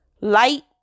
light